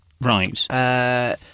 Right